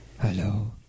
Hello